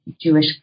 Jewish